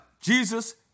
Jesus